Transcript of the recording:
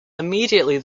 immediately